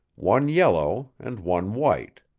one yellow and one white.